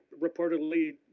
reportedly